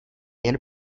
jen